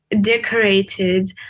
decorated